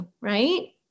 Right